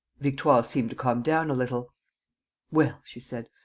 victoire seemed to calm down a little well, she said,